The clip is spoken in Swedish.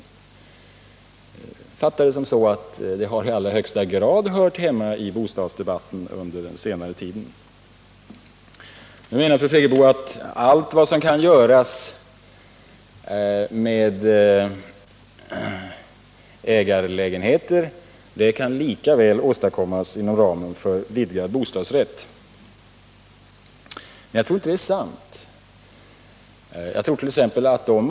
Jag har fattat det så, att de under den senaste tiden i allra högsta grad har hört hemma i bostadsdebatten. Nu menar fru Friggebo att allt vad som kan göras med ägarlägenheter kan lika väl ästadkommas inom ramen för en vidgad bostadsrätt. Jag tror inte att detta stämmer.